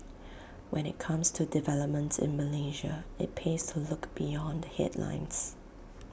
when IT comes to developments in Malaysia IT pays to look beyond headlines